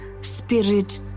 spirit